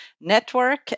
Network